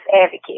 advocate